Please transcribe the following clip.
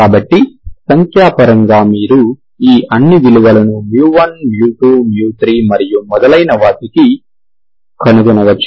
కాబట్టి సంఖ్యాపరంగా మీరు ఈ అన్ని విలువలను 1 2 3 మరియు మొదలైనవాటిని కనుగొనవచ్చు